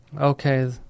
Okay